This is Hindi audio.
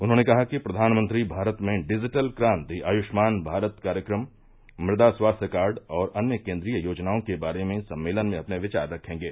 उन्होंने कहा कि प्रघानमंत्री भारत में डिजिटल क्रांति आयुष्मान भारत कार्यक्रम मृदा स्वास्थ्य कार्ड और अन्य केन्द्रीय योजनाओं के बारे में सम्मेलन में अपने विचार रखेंगे